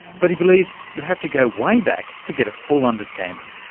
but he believes you have to go way back to get a full understanding,